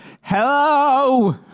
hello